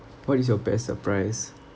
what is your best surprise